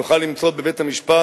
נוכל למצוא בבית-המשפט